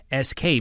SK